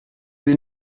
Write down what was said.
sie